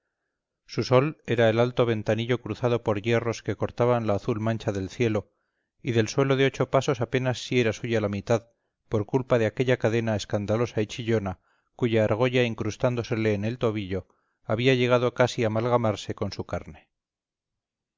sol era el alto ventanillo cruzado por hierros que cortaban la azul mancha del cielo y del suelo de ocho pasos apenas si era suya la mitad por culpa de aquella cadena escandalosa y chillona cuya argolla incrustándosele en el tobillo había llegado casi a amalgamarse con su carne